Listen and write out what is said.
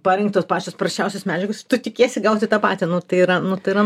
parinktos pačios prasčiausios medžiagos tu tikiesi gauti tą patį nu tai yra nu tai yra